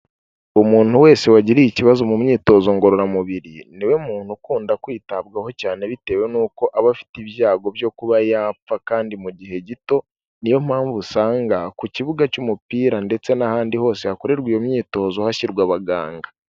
Umuntu wese wagiriye ikibazo mu myitozo ngororamubiri niwe muntu ukunda kwitabwaho cyane bitewe nuko aba afite ibyago byo kuba yapfa kandi mu gihe gito, niyo mpamvu usanga ku kibuga cy'umupira ndetse n'ahandi hose hakorerwa iyo myitozo hashyirwa abaganga.